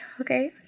okay